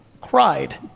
cried,